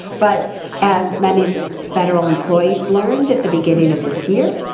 but as many federal employees learned at the beginning of this year,